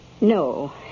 No